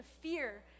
fear